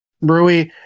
Rui